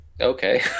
Okay